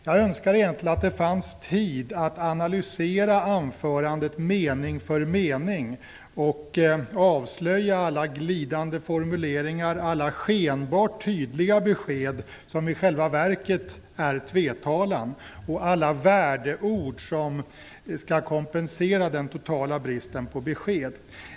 Jag önskar att det fanns tid att analysera anförandet mening för mening och avslöja alla glidande formuleringar, alla skenbart tydliga besked som i själva verket är tvetalan och alla värdeord som skall kompensera den totala bristen på besked.